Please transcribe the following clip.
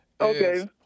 Okay